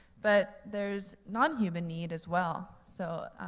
but there's nonhuman need as well. so,